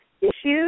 issues